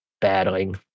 battling